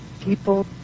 people